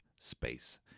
space